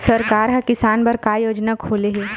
सरकार ह किसान बर का योजना खोले हे?